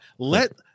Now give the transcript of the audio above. Let